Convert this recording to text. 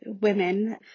women